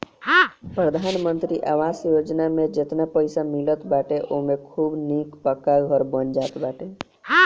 प्रधानमंत्री आवास योजना में जेतना पईसा मिलत बाटे ओमे खूब निक पक्का घर बन जात बाटे